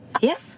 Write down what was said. Yes